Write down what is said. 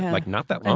like, not that long